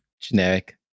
generic